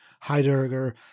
Heidegger